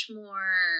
more